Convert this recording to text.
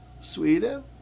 Sweden